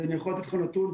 אז אני יכול לתת לכם נתון.